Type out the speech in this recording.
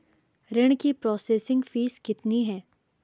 ऋण की processing fees कितनी है?